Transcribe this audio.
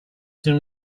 soon